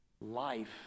life